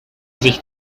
sich